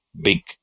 big